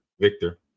victor